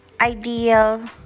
ideal